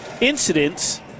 incidents